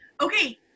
Okay